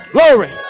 Glory